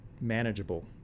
manageable